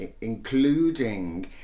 including